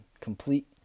complete